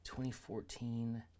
2014